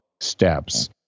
steps